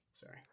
Sorry